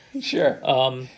Sure